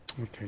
Okay